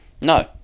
No